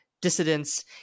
dissidents